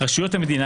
רשויות המדינה,